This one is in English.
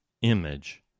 image